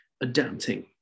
adapting